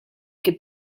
che